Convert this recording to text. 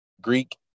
Greek